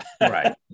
right